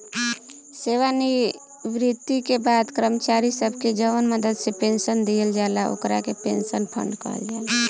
सेवानिवृत्ति के बाद कर्मचारी सब के जवन मदद से पेंशन दिहल जाला ओकरा के पेंशन फंड कहल जाला